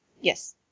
Yes